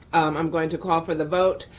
i'm going to call for the vote.